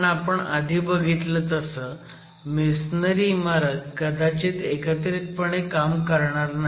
पण आपण आधी बघितलं तसं मेसनरी इमारत कदाचित एकत्रितपणे काम करणार नाही